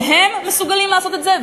והם מסוגלים לעשות את זה,